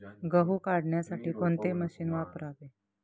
गहू काढण्यासाठी कोणते मशीन वापरावे?